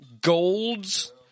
golds